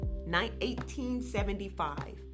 1875